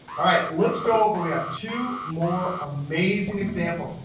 all right, let's go over. we have two more amazing examples.